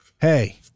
Hey